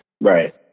Right